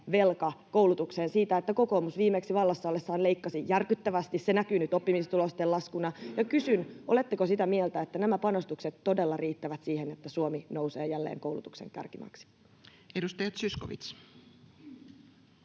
velka koulutukseen siksi, että kokoomus viimeksi vallassa ollessaan leikkasi järkyttävästi. Se näkyy nyt oppimistulosten laskuna. Ja kysyn: oletteko sitä mieltä, että nämä panostukset todella riittävät siihen, että Suomi nousee jälleen koulutuksen kärkimaaksi? [Speech